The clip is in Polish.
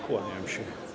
Kłaniam się.